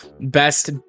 Best